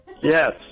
Yes